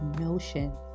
notion